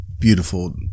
beautiful